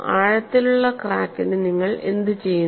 ആഴത്തിലുള്ള ക്രാക്കിന് നിങ്ങൾ എന്തുചെയ്യുന്നു